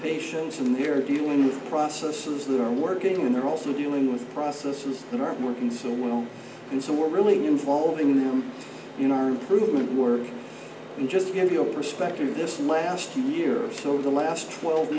patients in their view and processes that are working and they're also dealing with processes that are working so well and so we're really involving them in our improvement work and just to give you a perspective this last year or so the last twelve